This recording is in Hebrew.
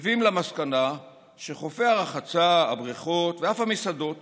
מביאים למסקנה שחופי הרחצה, הבריכות ואף המסעדות